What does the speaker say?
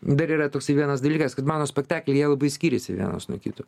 dar yra toksai vienas dalykas kad mano spektaklyje jie labai skyriasi vienas nuo kito